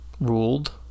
Ruled